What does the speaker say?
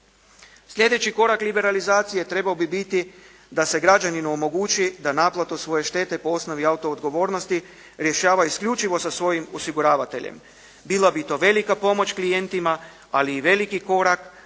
Sljedeći korak liberalizacije trebao biti da se građaninu omogući da naplatu svoje štete po osnovi autoodgovornosti rješava isključivo sa svojim osiguravateljem. Bila bi to velika pomoć klijentima ali i veliki korak